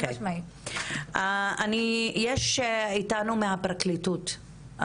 יש איתנו מהפרקליטות,